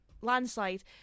Landslide